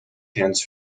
hands